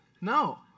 no